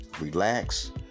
relax